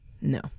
no